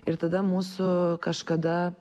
ir tada mūsų kažkada